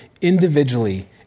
individually